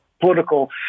political